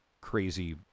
crazy